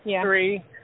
three